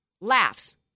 laughs